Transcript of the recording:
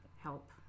help